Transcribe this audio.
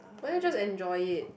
why don't just enjoy it